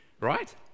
right